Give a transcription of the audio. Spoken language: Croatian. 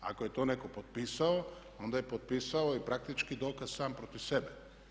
Ako je to netko potpisao, onda je potpisao i praktički dokaz sam protiv sebe.